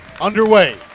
underway